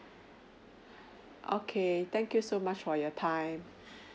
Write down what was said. okay thank you so much for your time